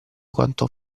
quanto